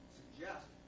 suggest